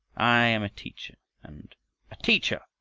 i am a teacher and a teacher!